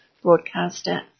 broadcaster